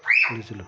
পড়েছিল